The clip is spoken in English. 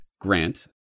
grant